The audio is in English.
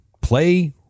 play